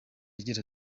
agira